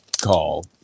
call